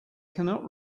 cannot